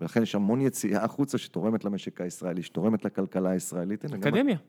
ולכן יש המון יציאה החוצה שתורמת למשק הישראלי, שתורמת לכלכלה הישראלית. לאקדמיה.